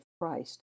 Christ